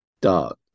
dog